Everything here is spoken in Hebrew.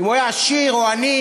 אם היה עשיר או עני,